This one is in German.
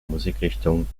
musikrichtung